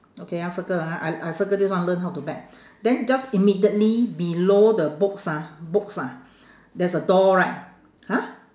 okay ah circle ah I I circle this one learn how to bet then just immediately below the books ah books ah there's a door right !huh!